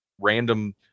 random